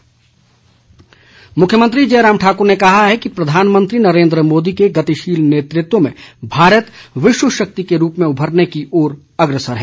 मुख्यमंत्री मुख्यमंत्री जयराम ठाक्र ने कहा है कि प्रधानमंत्री नरेन्द्र मोदी के गतिशील नेतृत्व में भारत विश्व शक्ति के रूप में उभरने की ओर अग्रसर है